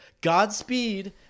Godspeed